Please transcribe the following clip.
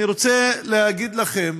אני רוצה להגיד לכם